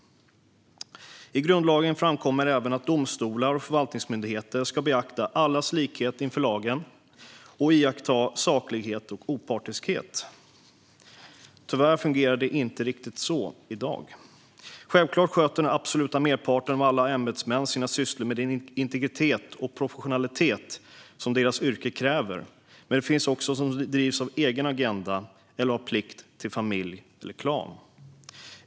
I grundlagen framkommer även att domstolar och förvaltningsmyndigheter ska beakta allas likhet inför lagen och iaktta saklighet och opartiskhet. Tyvärr fungerar det inte riktigt så i dag. Självklart sköter den absoluta merparten av alla ämbetsmän sina sysslor med den integritet och professionalitet som deras yrke kräver. Men det finns också de som drivs av egen agenda eller av plikt till familj eller klan.